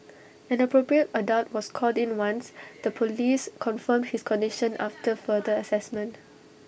an appropriate adult was called in once the Police confirmed his condition after further Assessment